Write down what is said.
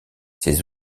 ses